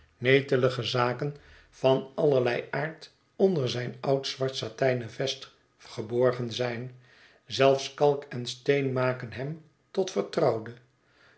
netelige zaken van allerlei aard onder zijn oud zwart satijnen vest geborgen zijn zelfs kalk en steen maken hem tot vertrouwde